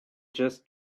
just